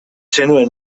zenuen